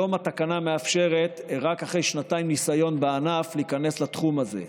היום התקנה מאפשרת רק אחרי שנתיים של ניסיון בענף להיכנס לתחום הזה.